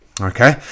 Okay